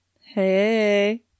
Hey